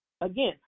Again